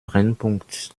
brennpunkt